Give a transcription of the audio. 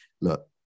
look